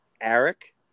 Eric